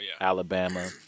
Alabama